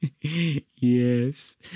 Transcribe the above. Yes